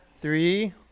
Three